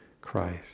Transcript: Christ